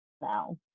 now